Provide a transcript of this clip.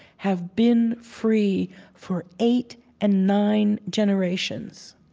have been free for eight and nine generations.